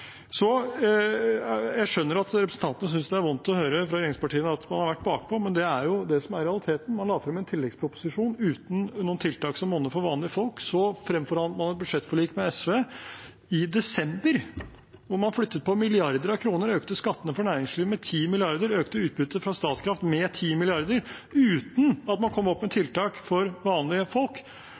Jeg skjønner at representanten synes det er vondt å høre fra regjeringspartiene at man har vært bakpå, men det er det som er realiteten. Man la fram en tilleggsproposisjon uten noen tiltak som monner for vanlige folk. Så fremforhandlet man et budsjettforlik med SV i desember, hvor man flyttet på milliarder av kroner og økte skattene for næringslivet med 10 mrd. kr og økte utbyttet fra Statkraft med 10 mrd. kr, uten at man kom opp med tiltak for vanlige folk.